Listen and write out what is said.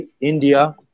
India